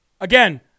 again